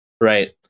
Right